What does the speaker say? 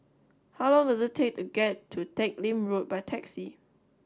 how long does it take to get to Teck Lim Road by taxi